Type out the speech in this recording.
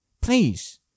Please